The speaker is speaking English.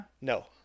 No